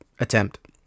attempt